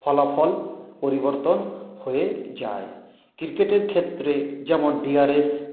ফলাফল পরিবর্তন হয়ে যায় ক্রিকেটের ক্ষেত্রে যেমন ডিআরএস